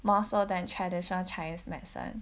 more strong than traditional chinese medicine